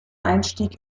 einstieg